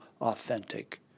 authentic